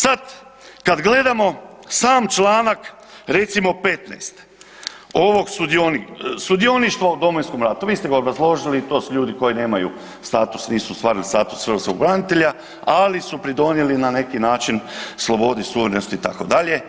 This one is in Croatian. Sad kad gledamo sam članak recimo 15. ovog sudioništvo u Domovinskom ratu, vi ste ga obrazložili, to su ljudi koji nemaju status, nisu ostvarili status hrvatskog branitelja, ali su pridonjeli na neki način slobodi, suverenosti itd.